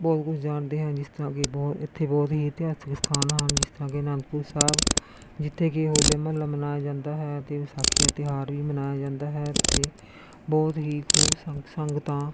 ਬਹੁਤ ਕੁਛ ਜਾਣਦੇ ਹਾਂ ਜਿਸ ਤਰ੍ਹਾਂ ਕਿ ਬਹੁਤ ਇੱਥੇ ਬਹੁਤ ਹੀ ਇਤਿਹਾਸਿਕ ਸਥਾਨ ਹਨ ਜਿਸ ਤਰ੍ਹਾਂ ਕਿ ਅਨੰਦਪੁਰ ਸਾਹਿਬ ਜਿੱਥੇ ਕਿ ਹੋਲਾ ਮਹੱਲਾ ਮਨਾਇਆ ਜਾਂਦਾ ਹੈ ਅਤੇ ਵਿਸਾਖੀ ਦਾ ਤਿਉਹਾਰ ਵੀ ਮਨਾਇਆ ਜਾਂਦਾ ਹੈ ਇੱਥੇ ਬਹੁਤ ਹੀ ਖੂਬ ਸੰ ਸੰਗਤਾਂ